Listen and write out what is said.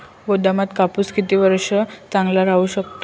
गोदामात कापूस किती वर्ष चांगला राहू शकतो?